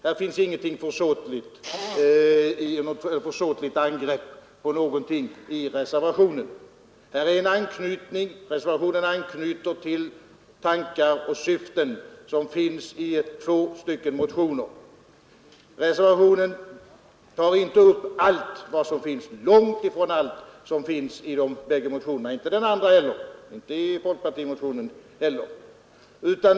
Det finns i reservationen inget försåtligt angrepp på någonting. Reservationen anknyter till tankar och syften som finns i två motioner. Reservationen tar långtifrån upp allt som finns i de båda motionerna, inte heller i folkpartimotionen.